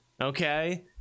Okay